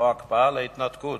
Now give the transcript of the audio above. לא הקפאה, אלא התנתקות.